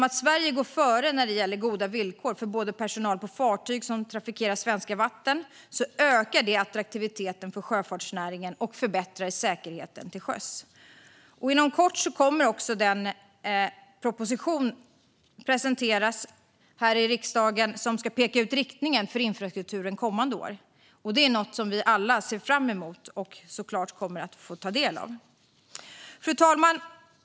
Att Sverige går före när det gäller goda villkor för personal på fartyg som trafikerar svenska vatten ökar attraktiviteten för sjöfartsnäringen och förbättrar säkerheten till sjöss. Inom kort kommer även den proposition som ska peka ut riktningen för infrastrukturen kommande år att presenteras här i riksdagen. Det är något vi alla ser fram emot och självklart kommer att få ta del av. Fru talman!